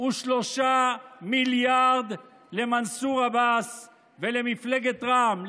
53 מיליארד למנסור עבאס ולמפלגת רע"מ.